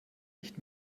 nicht